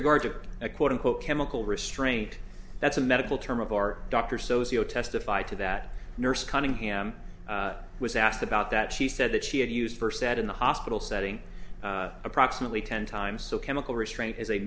regard to a quote unquote chemical restraint that's a medical term of our doctor socio testify to that nurse cunningham was asked about that she said that she had used her sat in the hospital setting approximately ten times so chemical restraint is a